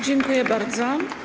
Dziękuję bardzo.